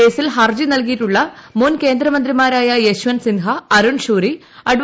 കേസിൽ ഹർജി നൽകിയിട്ടുള്ള മുൻ കേന്ദ്ര മന്ത്രിമാരായ യശ്വന്ത് സിൻഹ അരുൺ ഷൂരി അഡ്വ